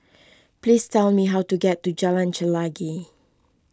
please tell me how to get to Jalan Chelagi